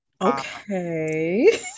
Okay